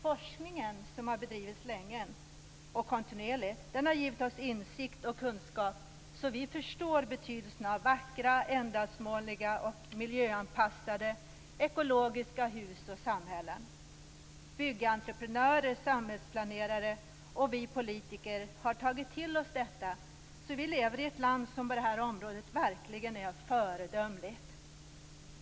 Forskningen som har bedrivits länge och kontinuerligt har givit oss insikt och kunskap, så att vi förstår betydelsen av vackra, ändamålsenliga och miljöanpassade ekologiska hus och samhällen. Byggentreprenörer, samhällsplanerare och vi politiker har tagit till oss detta, så vi lever i ett land som på det här området verkligen är föredömligt.